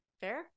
Fair